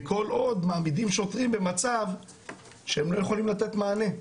וכל עוד מעמידים שוטרים במצב שהם לא יכולים לתת מענה.